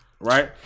right